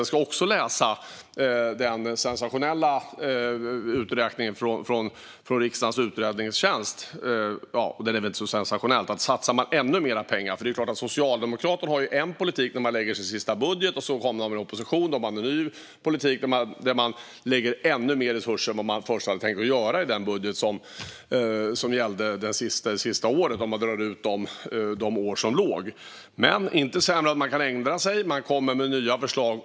Jag ska också läsa den sensationella uträkningen från riksdagens utredningstjänst - och den är väl inte så sensationell. Det handlar om hur det blir om man satsar ännu mer pengar. Socialdemokrater har ju en politik när man lägger sin sista budget. När man hamnar i opposition har man en ny politik, där man lägger ännu mer resurser än vad man först hade tänkt göra enligt den budget som gällde det sista året dessförinnan. Men man är inte sämre än att man kan ändra sig. Man kommer med nya förslag.